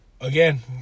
again